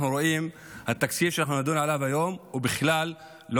אנחנו רואים שהתקציב שנדון עליו היום בכלל לא